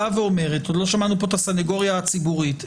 עוד לא שמענו פה את הסנגוריה הציבורית,